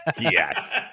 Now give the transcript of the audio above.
Yes